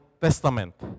testament